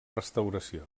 restauració